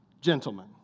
gentlemen